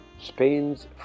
Spain's